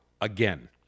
again